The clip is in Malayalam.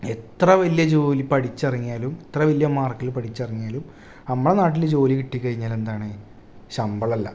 എത്ര വലിയ ജോലി പഠിച്ചിറങ്ങിയാലും എത്ര വലിയ മാർക്കിൽ പഠിച്ചിറങ്ങിയാലും നമ്മളുടെ നാട്ടിൽ ജോലി കിട്ടിക്കഴിഞ്ഞാലെന്താണ് ശമ്പളമല്ല